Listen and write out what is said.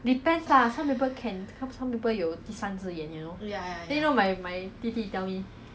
ah no lah he he orh that [one] is err they say 他的 bunk 每次讲看到